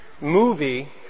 movie